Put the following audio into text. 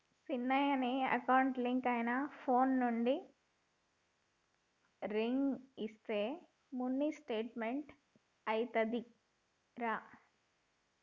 సిన్నయ నీ account link అయిన ఫోన్ నుండి రింగ్ ఇస్తే మినీ స్టేట్మెంట్ అత్తాదిరా